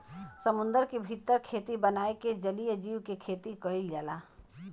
समुंदर के भीतर खेती बनाई के जलीय जीव के खेती कईल जाला